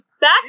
Back